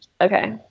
okay